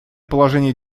положение